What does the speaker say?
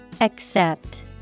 Accept